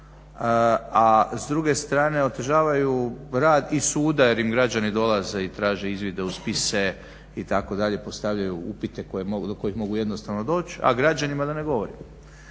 a s druge strane otežavaju rad i suda jer im građani dolaze i traže izvide u spise itd., postavljaju upite do kojih mogu jednostavno doći, a građanima da ne govorim.